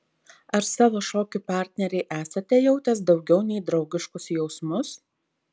ar savo šokių partnerei esate jautęs daugiau nei draugiškus jausmus